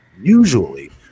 usually